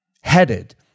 headed